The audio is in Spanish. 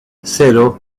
cero